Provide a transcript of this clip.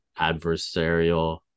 adversarial